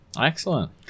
Excellent